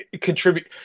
contribute